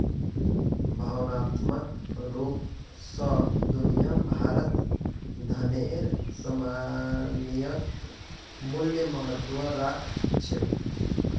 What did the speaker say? भावनात्मक रूप स दुनिया भरत धनेर सामयिक मूल्य महत्व राख छेक